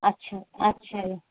ਅੱਛਾ ਅੱਛਾ ਜੀ